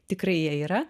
tikrai jie yra